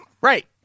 Right